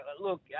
look